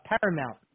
Paramount